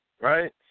right